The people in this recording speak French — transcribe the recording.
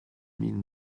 mille